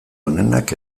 honenak